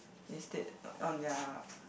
instead on their